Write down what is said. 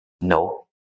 No